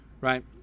right